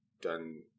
done